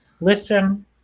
listen